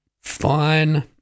Fine